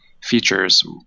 features